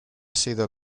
sido